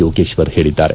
ಯೋಗೇಶ್ವರ್ ಹೇಳಿದ್ದಾರೆ